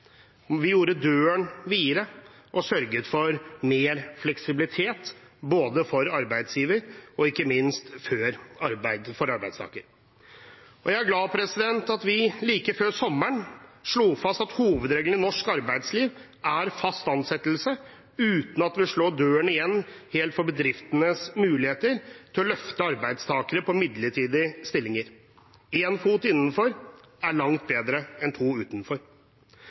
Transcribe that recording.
Vi gjorde døren videre og sørget for mer fleksibilitet for både arbeidsgiver og ikke minst arbeidstaker. Jeg er glad for at vi like før sommeren slo fast at hovedregelen i norsk arbeidsliv er fast ansettelse, uten at vi slo døren helt igjen for bedriftenes mulighet til å løfte arbeidstakere som er ansatt i midlertidige stillinger. Én fot innenfor er langt bedre enn to utenfor.